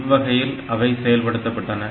இவ்வகையில் அவை செயல்படுத்தப்பட்டன